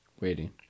Waiting